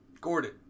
Gordon